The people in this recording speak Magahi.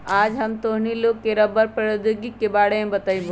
आज हम तोहनी लोग के रबड़ प्रौद्योगिकी के बारे में बतईबो